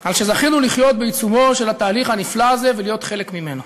על שזכינו לחיות בעיצומו של התהליך הנפלא הזה ולהיות חלק ממנו.